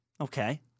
Okay